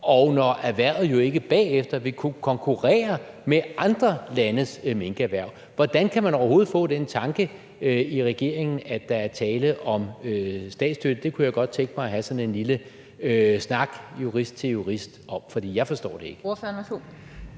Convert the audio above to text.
og når erhvervet jo ikke bagefter vil kunne konkurrere med andre landes minkerhverv? Hvordan kan man overhovedet få den tanke i regeringen, at der er tale om statsstøtte? Det kunne jeg godt tænke mig at have sådan en lille snak om jurist til jurist. For jeg forstår det ikke.